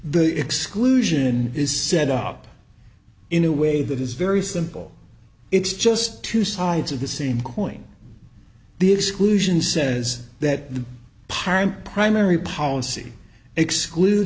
the exclusion is set up in a way that is very simple it's just two sides of the same coin the exclusion says that the power and primary policy exclude